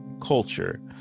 culture